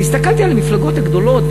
והסתכלתי על המפלגות הגדולות,